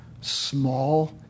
small